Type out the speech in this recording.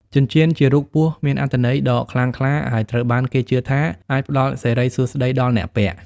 ចិញ្ចៀនជារូបពស់មានអត្ថន័យដ៏ខ្លាំងក្លា ហើយត្រូវបានគេជឿថាអាចផ្តល់សិរីសួស្តីដល់អ្នកពាក់។